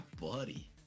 buddy